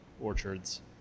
orchards